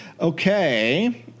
okay